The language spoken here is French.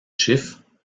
chiffres